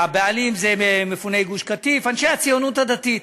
הבעלים ממפוני גוש-קטיף, אנשי הציונות הדתית.